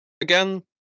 Again